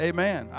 Amen